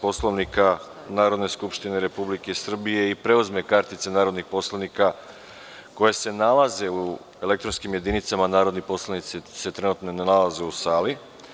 Poslovnika Narodne skupštine Republike Srbije i preuzme kartice narodnih poslanika koja se nalaze u elektronskim jedinicama, a narodni poslanici se trenutno ne nalaze u sali.